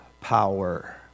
power